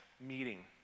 meeting